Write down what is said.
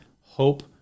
hope